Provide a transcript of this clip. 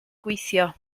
gweithio